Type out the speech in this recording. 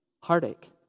heartache